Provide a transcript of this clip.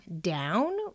down